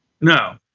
No